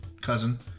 cousin